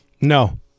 no